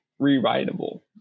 rewritable